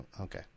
okay